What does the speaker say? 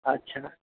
अच्छा